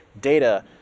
data